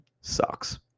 sucks